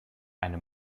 eine